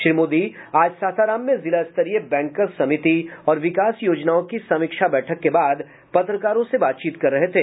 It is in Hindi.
श्री मोदी आज सासाराम में जिलास्तरीय बैंकर्स समिति और विकास योजनाओं की समीक्षा बैठक के बाद पत्रकारों से बातचीत कर रहे थे